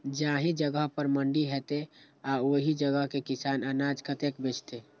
जाहि जगह पर मंडी हैते आ ओहि जगह के किसान अनाज कतय बेचते?